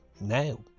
now